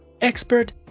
expert